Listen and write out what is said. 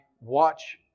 watch